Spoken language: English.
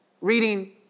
reading